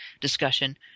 discussion